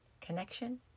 Connection